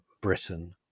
Britain